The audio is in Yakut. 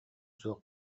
суох